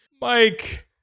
Mike